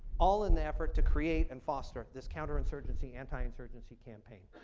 all in the effort to create and foster this counterinsurgency, anti-insurgency campaign.